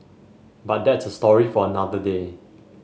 but that's a story for another day